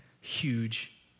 huge